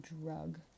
drug